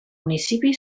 municipi